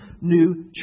new